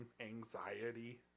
anxiety